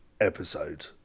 episode